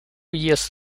years